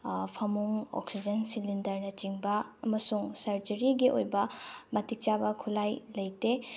ꯐꯃꯨꯡ ꯑꯣꯛꯁꯤꯖꯦꯟ ꯁꯤꯂꯤꯟꯗ꯭ꯔꯅꯆꯤꯡꯕ ꯑꯃꯁꯨꯡ ꯁ꯭ꯔꯖꯔꯤꯒꯤ ꯑꯣꯏꯕ ꯃꯇꯤꯛ ꯆꯤꯕ ꯈꯨꯠꯂꯥꯏ ꯂꯩꯇꯦ